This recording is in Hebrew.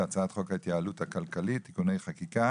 להצעת חוק ההתייעלות הכלכלית (תיקוני חקיקה